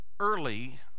Early